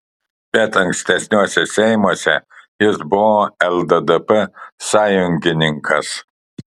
bet ankstesniuose seimuose jis buvo lddp sąjungininkas